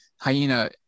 Hyena